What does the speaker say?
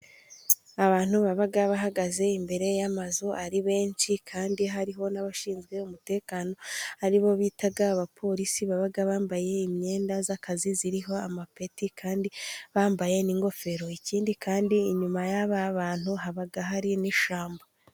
Abantu baba bahagaze, imbere y'amazu ari benshi, kandi hariho n'abashinzwe umutekano, aribo bita abaporisi, baba bambaye imyenda y'akazi, iriho amapeti, kandi bambaye n'ingofero, ikindi kandi inyuma y'aba bantu, haba hari n'ishyamba.